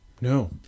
No